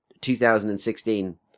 2016